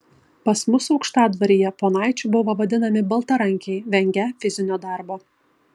pas mus aukštadvaryje ponaičiu buvo vadinami baltarankiai vengią fizinio darbo